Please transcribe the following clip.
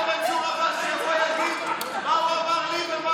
איפה מנסור עבאס שיבוא ויגיד מה הוא אמר לי ומה,